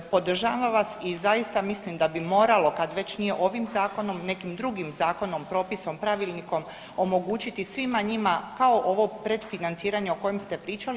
Podržavam vas i zaista mislim da bi moralo kad već nije ovim zakonom, nekim drugim zakonom, propisom, pravilnikom omogućiti svima njima kao ovo predfinanciranje o kojem ste pričali.